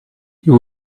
you